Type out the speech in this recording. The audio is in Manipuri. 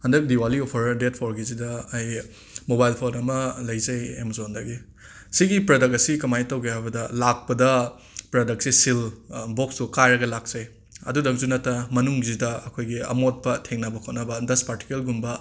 ꯍꯟꯗꯛ ꯗꯤꯋꯥꯂꯤ ꯑꯣꯐꯔ ꯗꯦꯠ ꯐꯣꯔꯒꯤꯁꯤꯗ ꯑꯩ ꯃꯣꯕꯥꯏꯜ ꯐꯣꯟ ꯑꯃ ꯂꯩꯖꯩ ꯑꯦꯃꯖꯣꯟꯗꯒꯤ ꯑꯁꯤꯒꯤ ꯄ꯭ꯔꯗꯛ ꯑꯁꯤ ꯀꯃꯥꯏꯅ ꯇꯧꯒꯦ ꯍꯥꯏꯕꯗ ꯂꯥꯛꯄꯗ ꯄ꯭ꯔꯗꯛꯁꯦ ꯁꯤꯜ ꯕꯣꯛꯁꯇꯣ ꯀꯥꯏꯔꯒ ꯂꯥꯛꯆꯩ ꯑꯗꯨꯇꯪꯁꯨ ꯅꯠꯇꯅ ꯃꯅꯨꯡꯁꯤꯗ ꯑꯩꯈꯣꯏꯒꯤ ꯑꯃꯣꯠꯄ ꯊꯦꯡꯅꯕ ꯈꯣꯠꯅꯕ ꯗꯁ ꯄꯥꯔꯇꯤꯀꯜꯒꯨꯝꯕ